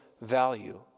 value